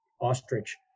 ostrich